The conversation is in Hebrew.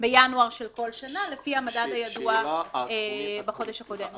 בינואר של כל שנה לפי המדד הידוע בחודש הקודם.